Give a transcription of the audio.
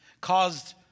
caused